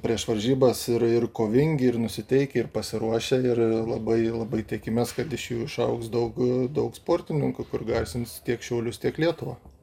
prieš varžybas ir ir kovingi ir nusiteikę ir pasiruošę ir ir labai labai tikimės kad iš jų išaugs daug daug sportininkų kur garsins tiek šiaulius tiek lietuvą